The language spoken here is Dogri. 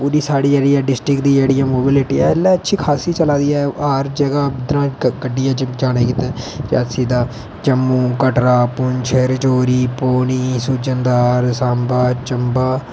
पूरी साढ़ी जेहड़ी ऐ डिस्ट्रिक्ट दी जेहड़ी ऐ मुबीलिटी ऐ इसलै अच्छी खासी चला दी ऐ हर जगह गड्डियां जाने किते रियासी दा जम्मू कटरा पुंछ नशैरे राजोरी पौनी रनसू जंदा सांवा जम्मू